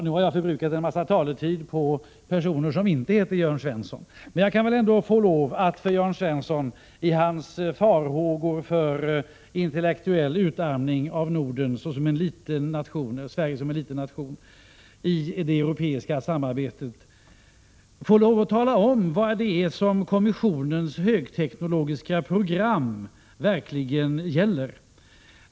Nu har jag förbrukat en massa taletid på sådant som gäller personer som inte heter Jörn Svensson. Men jag kan väl ändå få lov att när det gäller Jörn Svenssons farhågor för intellektuell utarmning av Sverige såsom en liten nordisk nation i det europeiska samarbetet tala om vad det är som den aktuella kommissionens högteknologiska program verkligen gäller.